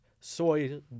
Soy